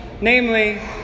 Namely